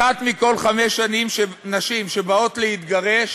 אחת מכל חמש נשים שבאות להתגרש